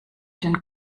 den